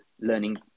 learning